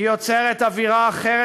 היא יוצרת אווירה אחרת,